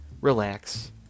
relax